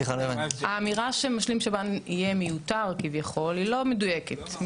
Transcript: האמירה שמשלים שב"ן יהיה מיותר כביכול היא לא מדויקת.